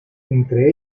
entre